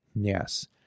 yes